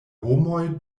homoj